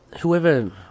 Whoever